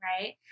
right